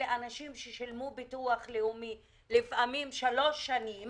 אלה אנשים ששילמו ביטוח לאומי לפעמים כבר שלוש שנים